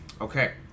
Okay